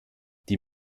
die